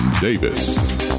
Davis